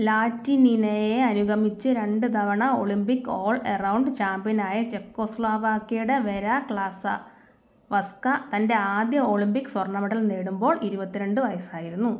ലാറ്റിനിനയെ അനുഗമിച്ച് രണ്ട് തവണ ഒളിമ്പിക് ഓൾ എറൌണ്ട് ചാമ്പ്യനായ ചെക്കോസ്ലോവാക്യയുടെ വെരാ ക്ളാസാവസ്ക തൻ്റെ ആദ്യ ഒളിമ്പിക് സ്വർണ്ണ മെഡൽ നേടുമ്പോൾ ഇരുപത്തി രണ്ട് വയസ്സായിരുന്നു